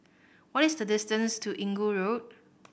what is the distance to Inggu Road